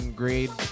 grade